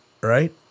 right